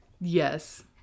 Yes